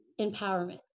empowerment